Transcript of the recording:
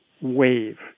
wave